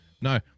No